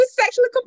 sexually